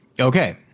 Okay